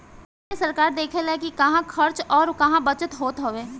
एमे सरकार देखऽला कि कहां खर्च अउर कहा बचत होत हअ